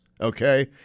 okay